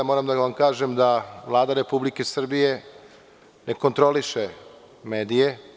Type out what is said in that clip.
Moram da vam kažem da Vlada Republike Srbije ne kontroliše medije.